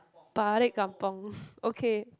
balik kampungs okay